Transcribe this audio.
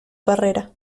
carrera